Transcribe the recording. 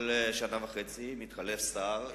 שכל שנה וחצי מתחלף שר.